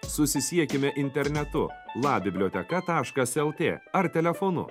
susisiekime internetu la biblioteka taškas lt ar telefonu